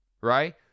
Right